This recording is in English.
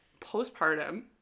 postpartum